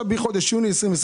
ביוני 22'